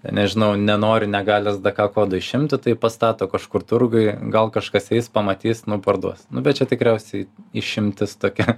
nežinau nenoriu negalios dėka kodų išimti tai pastato kažkur turguj gal kažkas pamatys nu parduos nu bet čia tikriausiai išimtis tokia